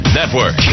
Network